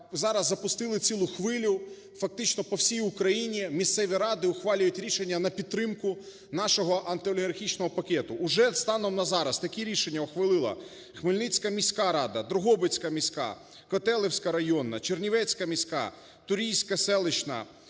зараз запустили цілу хвилю, фактично по всій Україні, місцеві ради ухвалюють рішення на підтримку нашого антиолігархічного пакету. Вже станом на зараз такі рішення ухвалила Хмельницька міська рада, Дрогобицька міська, Котелевська районна, Чернівецька міська, Турійська селищна,